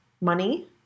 money